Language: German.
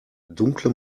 dunkle